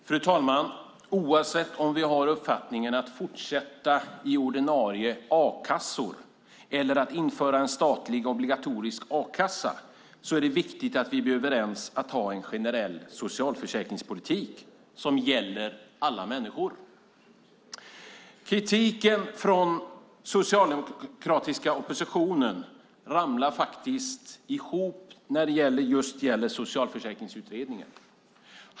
Fru talman! Oavsett om vi har uppfattningen att vi ska fortsätta med ordinarie a-kassor eller införa en statlig obligatorisk a-kassa är det viktigt att vi är överens om att ha en generell socialförsäkringspolitik som gäller alla människor. Kritiken från den socialdemokratiska oppositionen ramlar ihop när det just gäller Socialförsäkringsutredningen.